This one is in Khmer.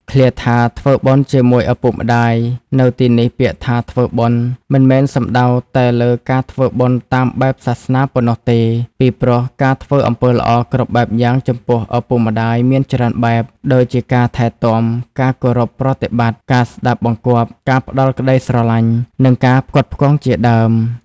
ឃ្លាថា ធ្វើបុណ្យជាមួយឪពុកម្តាយ នៅទីនេះពាក្យថា ធ្វើបុណ្យ មិនមែនសំដៅតែលើការធ្វើបុណ្យតាមបែបសាសនាប៉ុណ្ណោះទេ ពីព្រោះការធ្វើអំពើល្អគ្រប់បែបយ៉ាងចំពោះឪពុកម្តាយមានច្រើនបែប ដូចជាការថែទាំ ការគោរពប្រតិបត្តិ ការស្តាប់បង្គាប់ ការផ្តល់ក្តីស្រឡាញ់ និងការផ្គត់ផ្គង់ជាដើម។